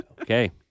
Okay